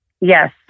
yes